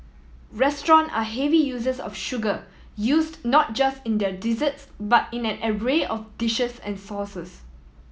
restaurant are heavy users of sugar used not just in their desserts but in an array of dishes and sauces